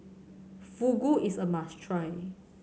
fugu is a must try